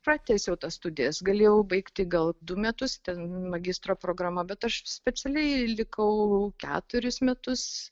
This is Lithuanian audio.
pratęsiau tas studijas galėjau baigti gal du metus ten magistro programa bet aš specialiai likau keturis metus